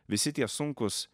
visi tie sunkūs